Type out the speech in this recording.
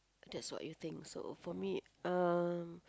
that's what you think so for me um